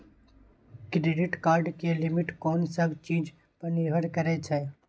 Credit card के limit कोन सब चीज पर निर्भर करै छै?